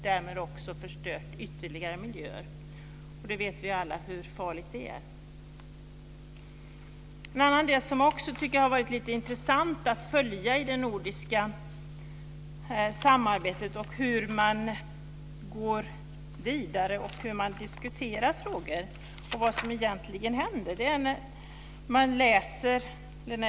Därmed skulle ytterligare miljöer förstöras. Vi vet alla hur farligt det är. En annan del som jag också tycker har varit lite intressant att följa i det nordiska samarbetet är hur man går vidare, hur man diskuterar frågor och vad som egentligen händer.